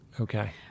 Okay